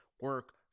Work